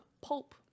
Pulp